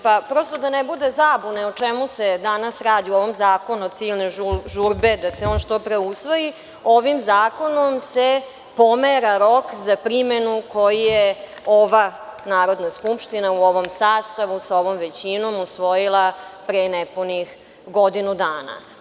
Prosto da ne bude zabune o čemu se danas radi u ovom zakonu od silne žurbe da se on što pre usvoji, ovim zakonom se pomera rok za primenu koji je ova Narodna skupština, u ovom sastavu, sa ovom većinom, usvojila pre nepunih godinu dana.